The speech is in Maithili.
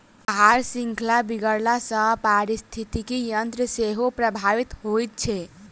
आहार शृंखला बिगड़ला सॅ पारिस्थितिकी तंत्र सेहो प्रभावित होइत छै